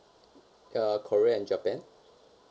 err korea and japan